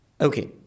Okay